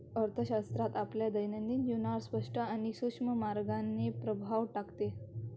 अर्थशास्त्र आपल्या दैनंदिन जीवनावर स्पष्ट आणि सूक्ष्म मार्गाने प्रभाव टाकते